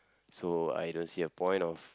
so I don't see a point of